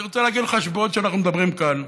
אני רוצה להגיד לך שבעוד אנחנו מדברים כאן,